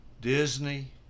Disney